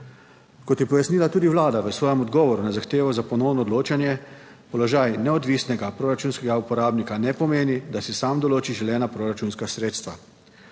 Kot je pojasnila tudi Vlada v svojem odgovoru na zahtevo za ponovno odločanje, položaj neodvisnega proračunskega uporabnika ne pomeni, da si sam določi želena proračunska sredstva;